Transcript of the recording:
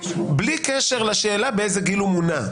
בלי קשר לשאלה באיזה גיל הוא מונה.